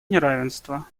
неравенство